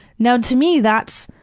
now to me that's,